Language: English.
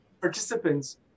participants